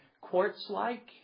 quartz-like